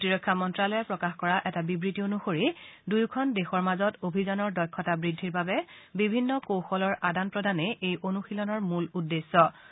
প্ৰতিৰক্ষা মন্ত্ৰালয়ে প্ৰকাশ কৰা এটা বিবৃতি অনুসৰি দুয়োখন দেশৰ মাজত অভিযানৰ দক্ষতা বৃদ্ধিৰ বাবে বিভিন্ন কৌশলৰ আদান প্ৰদানেই এই অনুশীলনৰ মূল উদ্দেশ্যে